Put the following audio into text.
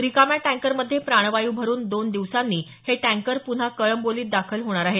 रिकाम्या टँकरमध्ये प्राणवायू भरून दोन दिवसांनी हे टँकर पुन्हा कळंबोलीत दाखल होणार आहेत